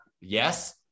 Yes